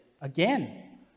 Again